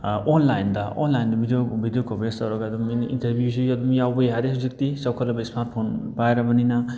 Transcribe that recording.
ꯑꯣꯟꯂꯥꯏꯟꯗ ꯑꯣꯟꯂꯥꯏꯟꯗ video coverage ꯇꯧꯔꯒ ꯑꯗꯨꯝ ꯑꯦꯅꯤ ꯏꯟꯇꯔꯕ꯭ꯌꯨꯁꯨ ꯑꯗꯨꯝ ꯌꯥꯎꯕ ꯌꯥꯔꯦ ꯍꯧꯖꯤꯛꯇꯤ ꯆꯥꯎꯈꯠꯂꯕ ꯏꯁꯃꯥꯔꯠ ꯐꯣꯟ ꯄꯥꯏꯔꯕꯅꯤꯅ